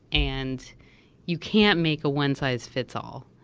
and you can't make a one size fits all.